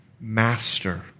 Master